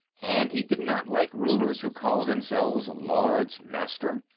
and he did not like rulers who called themselves lords-master.